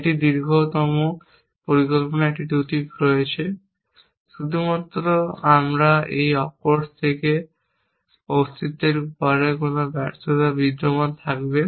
যেটি দীর্ঘতম পরিকল্পনায় একটি ত্রুটি রয়েছে। শুধুমাত্র আমরা এই অফকোর্স থেকে অস্তিত্বের পরে কোন ব্যর্থতা বিদ্যমান থাকবে